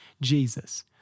Jesus